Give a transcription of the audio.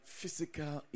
physical